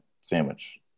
sandwich